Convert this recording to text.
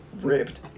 ripped